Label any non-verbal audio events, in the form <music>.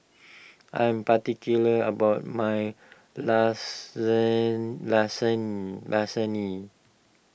I'm particular about my <unintelligible> Lasagne